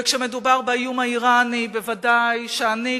וכשמדובר באיום האירני ודאי שאני,